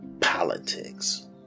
politics